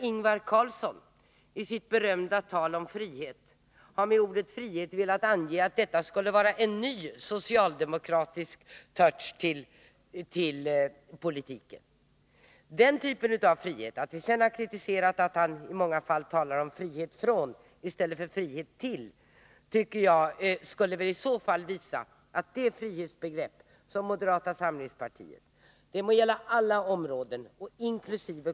Ingvar Carlssons berömda tal om frihet, i vilket han hävdade att detta skulle vara en ny socialdemokratisk touche i politiken — vi har kritiserat att han i många fall har talat om frihet från i stället för frihet till — visar väl bara att det frihetsbegrepp som moderata samlingspartiet har hävdat på alla områden inkl.